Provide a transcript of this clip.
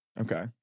Okay